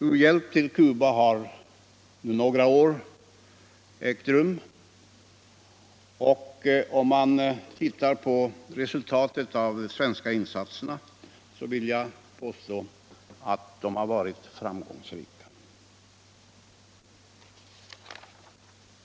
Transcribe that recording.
U-hjälp till Cuba har givits under några år, och när jag ser på resultatet av de svenska insatserna vill jag påstå att de har varit framgångsrika.